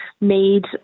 made